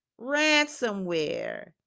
ransomware